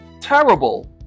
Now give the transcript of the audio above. terrible